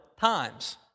times